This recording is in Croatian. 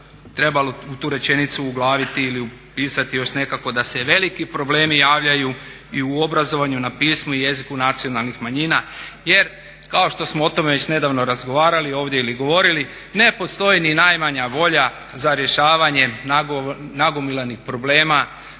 trebalo tu rečenicu uglaviti ili upisati još nekako da se veliki problemi javljaju i u obrazovanju na pismu i jeziku nacionalnih manjina. Jer kao što smo o tome već nedavno razgovarali ovdje ili govorili, ne postoji ni najmanja volja za rješavanje nagomilanih problema